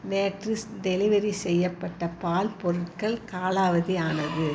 நேற்று டெலிவரி செய்யப்பட்ட பால் பொருட்கள் காலாவதி ஆனது